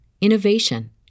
innovation